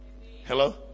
Hello